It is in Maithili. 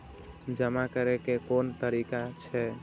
जमा करै के कोन तरीका छै?